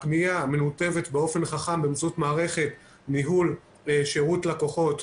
הפניה מנותבת באופן חכם באמצעות מערכת ניהול שירות לקוחות,